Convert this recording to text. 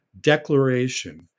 declaration